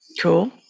Cool